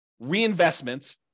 reinvestment